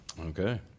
Okay